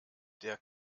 der